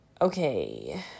Okay